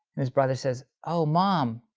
and his brother says, oh, mom.